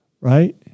right